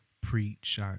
preach